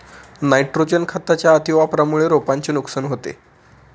nitrogen खताच्या अतिवापरामुळे रोपांचे नुकसान होते